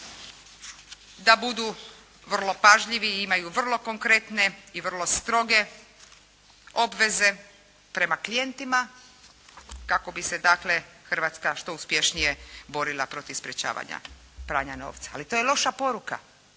da budu vrlo pažljivi i imaju vrlo konkretne i vrlo stroge obveze prema klijentima kako bi se dakle Hrvatska što uspješnije borila protiv sprječavanja pranja novca. Ali to je loša poruka,